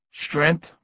Strength